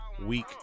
week